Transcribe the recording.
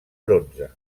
bronze